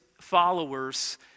followers